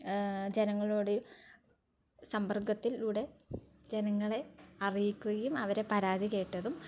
ജനങ്ങളോട് സമ്പർക്കത്തിലൂടെ ജനങ്ങളെ അറിയിക്കുകയും അവരെ പരാതി കേട്ടതും